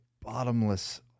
bottomless